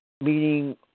meaning